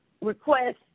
request